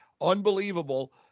Unbelievable